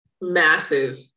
massive